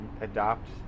adopt